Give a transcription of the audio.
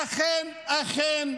אכן, אכן,